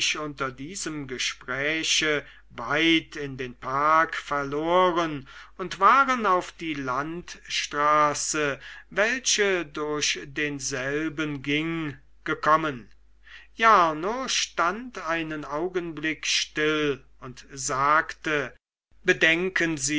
unter diesem gespräche weit in den park verloren und waren auf die landstraße welche durch denselben ging gekommen jarno stand einen augenblick still und sagte bedenken